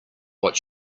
what